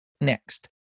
next